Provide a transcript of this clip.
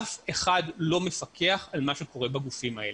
אף אחד לא מפקח על מה שקורה בגופים האלה.